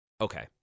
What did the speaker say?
Okay